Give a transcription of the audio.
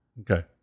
Okay